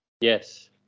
yes